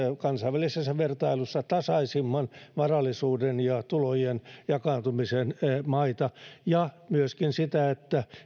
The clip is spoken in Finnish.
kansainvälisessä vertailussa tasaisimman varallisuuden ja tulojen jakaantumisen maita ja myöskin sitä että